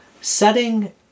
setting